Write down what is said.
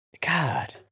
God